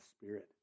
spirit